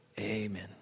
amen